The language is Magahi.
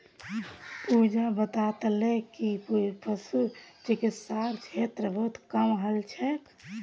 पूजा बताले कि पशु चिकित्सार क्षेत्रत बहुत काम हल छेक